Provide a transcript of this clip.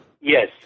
Yes